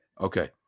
okay